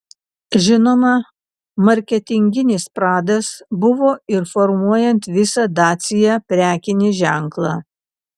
žinoma marketinginis pradas buvo ir formuojant visą dacia prekinį ženklą